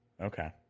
Okay